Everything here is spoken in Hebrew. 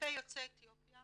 כלפי יוצאי אתיופיה